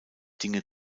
dinge